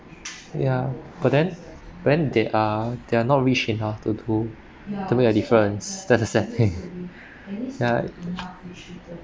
ya but then but then they are they are not rich enough to do to make a difference that's the sad thing ya